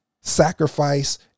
sacrifice